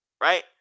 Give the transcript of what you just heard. right